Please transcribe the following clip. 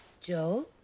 Joe